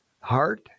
heart